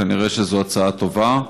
כנראה זו הצעה טובה.